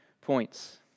points